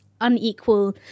unequal